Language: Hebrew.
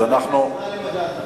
גם חבר הכנסת גאלב מג'אדלה מסכים.